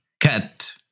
cut